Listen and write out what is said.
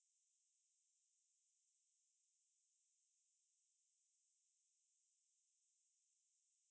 so நம்மளும்:nammalum like video க்கு எல்லாம்:kku ellaam plan பண்ணிட்டு இருந்தோம்:pannittu irunthoam lah so அந்த:antha video submission க்கு வந்து:kku vanthu you need to have